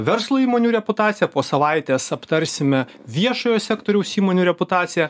verslo įmonių reputaciją po savaitės aptarsime viešojo sektoriaus įmonių reputaciją